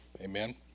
Amen